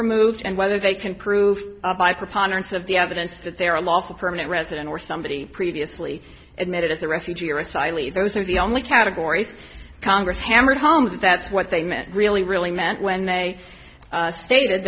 removed and whether they can prove by preponderance of the evidence that they are a lawful permanent resident or somebody previously admitted as a refugee or tiley those are the only categories congress hammered home if that's what they meant really really meant when they stated